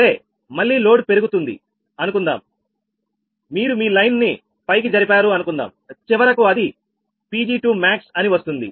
సరే మళ్లీ లోడ్ పెరుగుతుంది అనుకుందాం మీరు మీ లైన్ ని పైకి జరిపారు అనుకుందాం చివరకు అది Pg2max అని వస్తుంది